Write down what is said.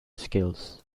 skills